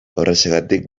horrexegatik